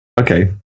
Okay